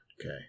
Okay